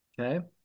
okay